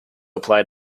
apply